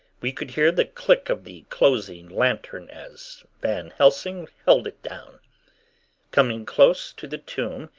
we could hear the click of the closing lantern as van helsing held it down coming close to the tomb,